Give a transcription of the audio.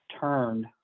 turned